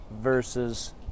versus